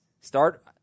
Start